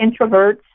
introverts